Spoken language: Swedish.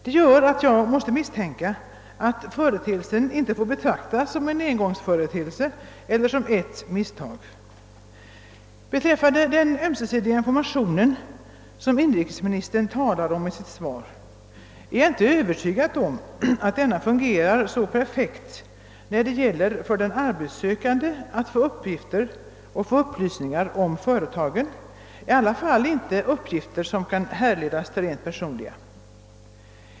Det gör att jag måste misstänka att företeelsen inte får betraktas som en engångsföreteelse eller som ett misstag. Beträffande den ömsesidiga informationen, som inrikesministern talar om i sitt svar, är jag inte övertygad om att denna fungerar så perfekt när det gäller för den arbetssökande att få uppgifter och upplysningar om företagen, i varje fall inte uppgifter som kan härledas till rent personliga.